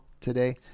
today